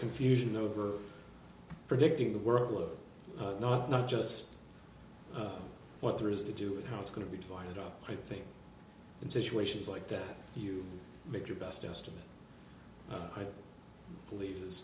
confusion over predicting the world nope not just what there is to do with how it's going to be divided up i think in situations like that you make your best estimate i believe is